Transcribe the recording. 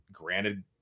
Granted